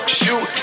shoot